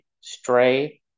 Stray